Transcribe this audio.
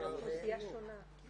הן אוכלוסייה שונה.